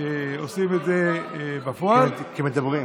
שעושים את זה בפועל, אנחנו לא שומעים, הלו.